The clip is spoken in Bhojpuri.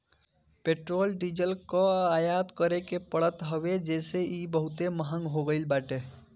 पेट्रोल डीजल कअ आयात करे के पड़त हवे जेसे इ बहुते महंग हो गईल बाटे